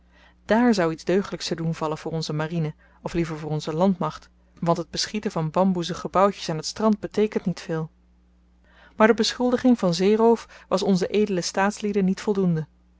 dààr zou iets deugdelyks te doen vallen voor onze marine of liever voor onze landmacht want het beschieten van bamboezen gebouwtjes aan t strand beteekent niet veel maar de beschuldiging van zeeroof was onze edele staatslieden niet voldoende